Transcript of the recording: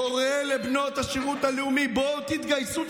קורא לבנות השירות הלאומי: בואו תתגייסו,